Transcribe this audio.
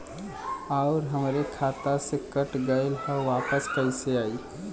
आऊर हमरे खाते से कट गैल ह वापस कैसे आई?